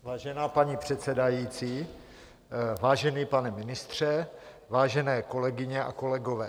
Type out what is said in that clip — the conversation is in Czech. Vážená paní předsedající, vážený pane ministře, vážené kolegyně a kolegové.